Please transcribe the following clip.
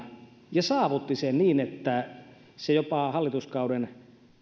ja saavutti sen niin että hallituskauden